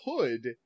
hood